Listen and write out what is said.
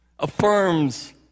Affirms